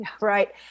Right